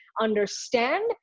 understand